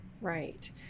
Right